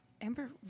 Ember